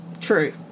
true